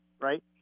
right